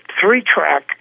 three-track